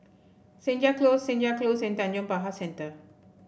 Senja Close Senja Close and Tanjong Pagar Centre